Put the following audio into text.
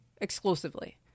exclusively